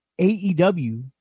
aew